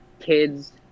kids